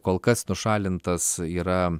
kol kas nušalintas yra